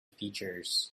features